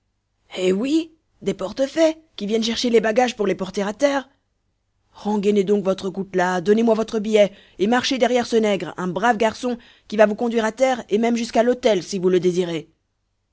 hé oui des portefaix qui viennent chercher les bagages pour les porter à terre rengainez donc votre coutelas donnez-moi votre billet et marchez derrière ce nègre un brave garçon qui va vous conduire à terre et même jusqu'à l'hôtel si vous le désirez